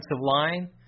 line